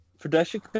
production